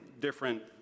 different